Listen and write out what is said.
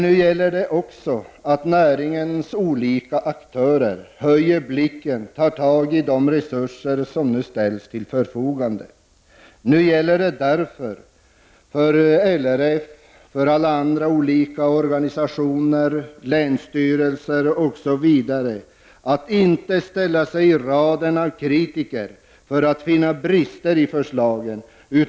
Nu gäller det även för näringens olika aktörer att höja blicken och ta fatt i de resurser som ställs till förfogande. Det gäller också för LRF och andra organisationer, länsstyrelser osv. att inte ställa sig i raden av kritiker för att finna brister i förslagen.